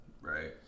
Right